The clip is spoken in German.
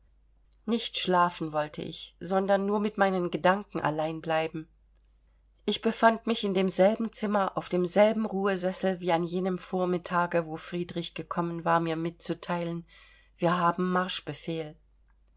nicht schlafen wollte ich sondern nur mit meinen gedanken allein bleiben ich befand mich in demselben zimmer auf demselben ruhesessel wie an jenem vormittage wo friedrich gekommen war mir mitzuteilen wir haben marschbefehl